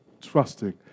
Trusting